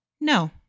No